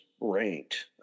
ranked